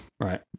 Right